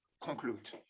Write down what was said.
conclude